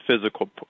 physical